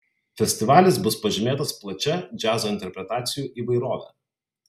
festivalis bus pažymėtas plačia džiazo interpretacijų įvairove